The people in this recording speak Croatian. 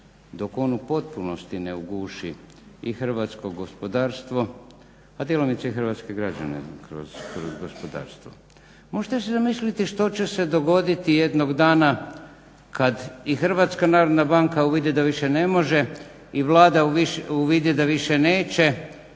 dok on u potpunosti ne uguši i hrvatsko gospodarstvo, a djelomice i hrvatske građane kroz gospodarstvo. Možete si zamisliti što će se dogoditi jednog dana kad i HNB uvidi da više ne može i Vlada uvidi da više neće